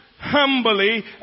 humbly